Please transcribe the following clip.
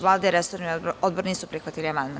Vlada i resorni odbor nisu prihvatili amandman.